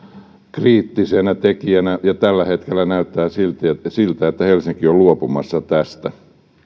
kriittisenä tekijänä ja tällä hetkellä näyttää siltä että helsinki on luopumassa tästä